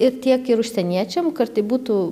ir tiek ir užsieniečiam kad tai būtų